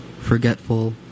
forgetful